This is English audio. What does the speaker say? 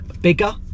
bigger